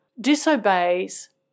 disobeys